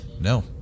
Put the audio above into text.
no